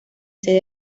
sede